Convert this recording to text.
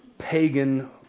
pagan